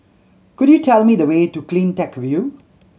could you tell me the way to Cleantech View